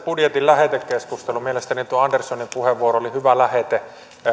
budjetin lähetekeskustelu mielestäni tuo anderssonin puheenvuoro oli hyvä lähete